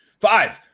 five